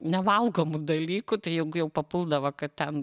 nevalgomų dalykų tai jeigu jau papuldavo kad ten